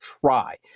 try